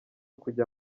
kujya